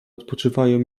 odpoczywają